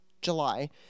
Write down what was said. July